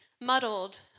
Muddled